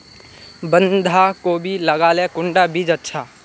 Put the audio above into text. बंधाकोबी लगाले कुंडा बीज अच्छा?